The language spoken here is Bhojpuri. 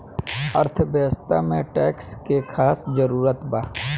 अर्थव्यवस्था में टैक्स के खास जरूरत बा